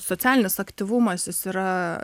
socialinis aktyvumas jis yra